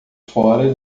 fora